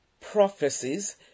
prophecies